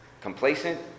complacent